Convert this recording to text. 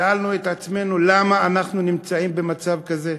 שאלנו את עצמנו: למה אנחנו נמצאים במצב כזה?